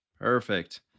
Perfect